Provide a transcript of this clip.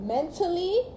Mentally